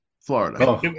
Florida